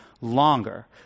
longer